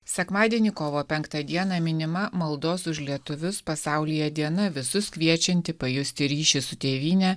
sekmadienį kovo penktą dieną minima maldos už lietuvius pasaulyje diena visus kviečianti pajusti ryšį su tėvyne